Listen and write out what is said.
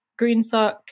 GreenSock